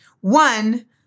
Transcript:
one